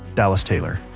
dallas taylor,